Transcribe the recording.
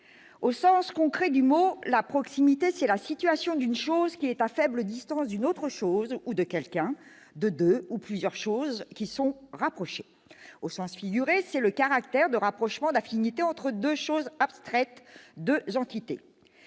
Au sens concret du mot, la « proximité », c'est la « situation d'une chose qui est à faible distance d'une autre chose ou de quelqu'un ; de deux ou plusieurs choses qui sont rapprochées ». Au sens figuré, c'est le « caractère de rapprochement, d'affinité entre deux choses abstraites, deux entités